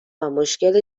مشکل